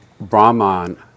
Brahman